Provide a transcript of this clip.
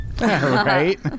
Right